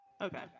Okay